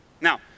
Now